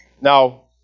Now